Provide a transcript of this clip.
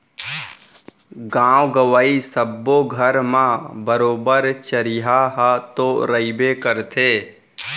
गॉंव गँवई सब्बो घर म बरोबर चरिहा ह तो रइबे करथे